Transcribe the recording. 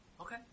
Okay